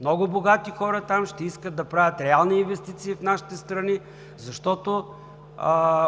Много богати хора там ще искат да правят реални инвестиции в нашите страни, защото